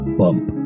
bump